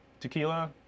tequila